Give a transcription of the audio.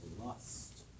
lust